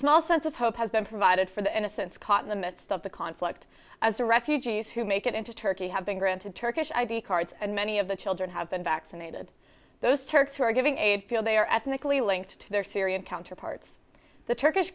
small sense of hope has been provided for the innocents caught in the midst of the conflict as the refugees who make it into turkey have been granted turkish id cards and many of the children have been vaccinated those turks who are giving aid feel they are ethnically linked to their syrian counterparts the turkish